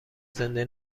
زنده